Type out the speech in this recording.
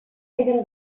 hidden